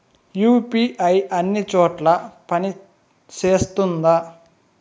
UPI అన్ని చోట్ల పని సేస్తుందా?